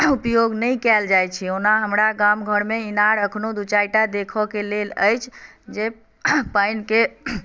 उपयोग नहि कयल जाइ छै ओना हमरा गाम घर मे इनार अखनो दू चारि टा देखऽ के लेल अछि जे पानि के